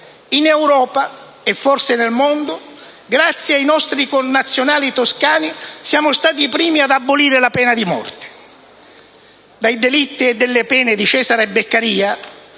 In Europa, e forse nel mondo, grazie ai nostri connazionali toscani siamo stati i primi ad abolire la pena di morte. Dall'opera «Dei delitti e delle pene» di Cesare Beccaria